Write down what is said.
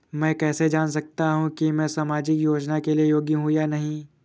मैं कैसे जान सकता हूँ कि मैं सामाजिक योजना के लिए योग्य हूँ या नहीं?